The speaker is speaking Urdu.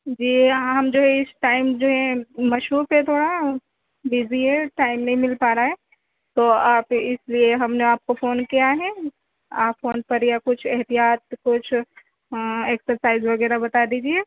جی ہم جو ہے اِس ٹائم جو ہیں مصروف ہے تھوڑا بزی ہے ٹائم نہیں مِل پا رہا ہے تو آپ اِس لیے ہم نے آپ کو فون کیا ہے آپ فون پر یا کچھ احتیاط کچھ ایکسرسائز وغیرہ بتا دیجیے